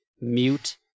mute